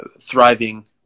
thriving